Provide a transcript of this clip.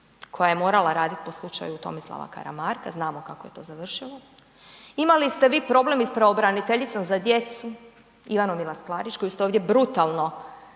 koja je morala raditi po slučaju Tomislava Karamarka, znamo kako je to završilo. Imali ste vi problem i sa pravobraniteljicom za djecu Ivanu Milas Klarić koju ste ovdje brutalno